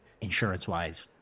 insurance-wise